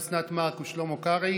אוסנת מארק ושלמה קרעי,